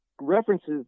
references